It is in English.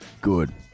Good